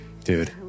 Dude